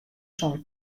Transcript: soms